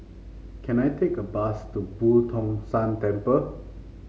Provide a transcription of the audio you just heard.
can I take a bus to Boo Tong San Temple